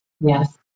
yes